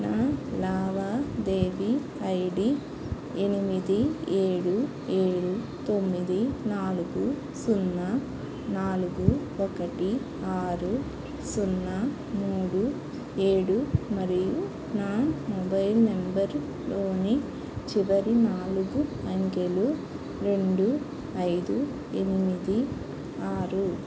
నా లావాదేవీ ఐడీ ఎనిమిది ఏడు ఏడు తొమ్మిది నాలుగు సున్నా నాలుగు ఒకటి ఆరు సున్నా మూడు ఏడు మరియు నా మొబైల్ నంబర్లోని చివరి నాలుగు అంకెలు రెండు ఐదు ఎనిమిది ఆరు